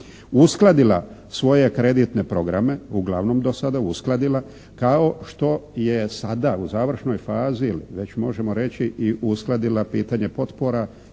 uskladila svoje kreditne programe, uglavnom do sada uskladila kao što je sada u završnoj fazi ili već možemo reći i uskladila pitanje potpora